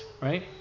right